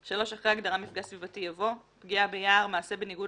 3)) אחרי ההגדרה ״מפגע סביבתי״ יבוא: ״פגיעה ביער״ - מעשה בניגוד